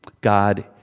God